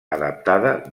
adaptada